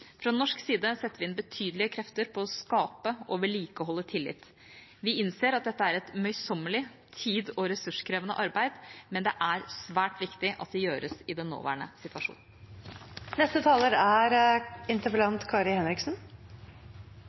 Fra norsk side setter vi inn betydelige krefter på å skape og vedlikeholde tillit. Vi innser at dette er et møysommelig og tid- og ressurskrevende arbeid, men det er svært viktig at det gjøres i den nåværende situasjonen.